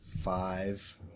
Five